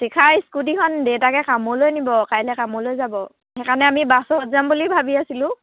শিখা স্কুটিখন দেউতাকে কামলৈ নিব কাইলৈ কামলৈ যাব সেইকাৰণে আমি বাছত যাম বুলি ভাবি আছিলোঁ